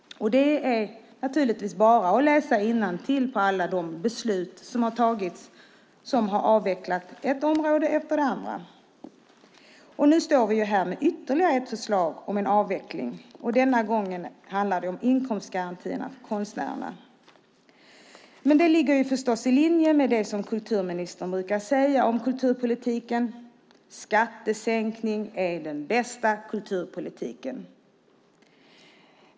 Det är naturligtvis bara att läsa innantill när det gäller alla de beslut som har tagits. Man har avvecklat det ena området efter det andra. Nu står vi här med ytterligare ett förslag om en avveckling. Denna gång handlar det om inkomstgarantierna för konstnärerna. Det ligger förstås i linje med det som kulturministern brukar säga om kulturpolitiken: Skattesänkning är den bästa kulturpolitiken.